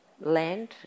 land